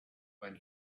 when